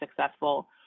successful